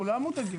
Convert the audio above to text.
כולם מודאגים.